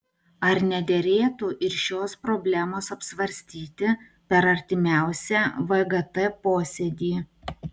ar nederėtų ir šios problemos apsvarstyti per artimiausią vgt posėdį